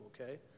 okay